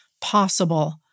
possible